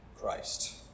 Christ